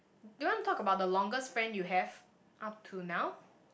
do you want talk about the longest friend you have up to now